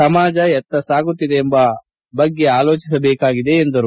ಸಮಾಜ ಎತ್ತ ಸಾಗುತ್ತಿದೆ ಎಂಬ ಬಗ್ಗೆ ಆಲೋಚಿಸಬೇಕಿದೆ ಎಂದರು